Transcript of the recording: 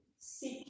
Seek